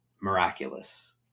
miraculous